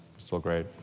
still great.